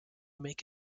make